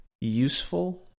useful